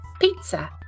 Pizza